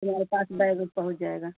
तुम्हारे पास बैग पहुँच जाएगा